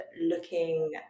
looking